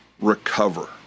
recover